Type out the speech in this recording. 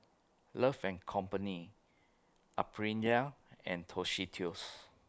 Love and Companion Aprilia and Tostitos